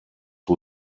who